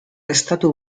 estatu